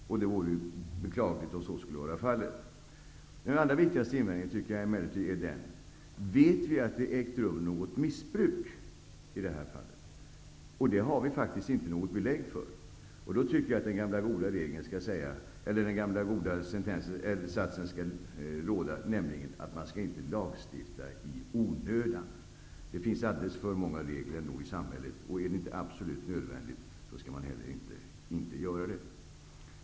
Det vore ju beklagligt om så skulle vara fallet. Den allra viktigaste invändningen är emellertid: Vet vi om det ägt rum något missbruk i detta avseende? Det har vi faktiskt inget belägg för. Då tycker jag att den gamla satsen att man inte skall lagstifta i onödan skall råda. Det finns ändå alldeles för många regler i vårt samhälle, och är det inte absolut nödvändigt, skall man helt enkelt inte lagstifta.